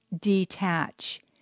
detach